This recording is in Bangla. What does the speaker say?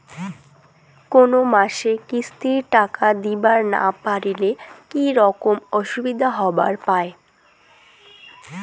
কোনো মাসে কিস্তির টাকা দিবার না পারিলে কি রকম অসুবিধা হবার পায়?